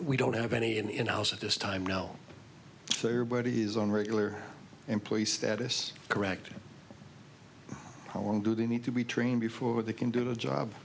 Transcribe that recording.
we don't have any in the house at this time you know so everybody is on regular employee status correct how long do they need to be trained before they can do the job